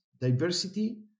diversity